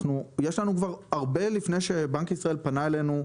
יש לנו כבר הרבה לפני שבנק ישראל פנה אלינו,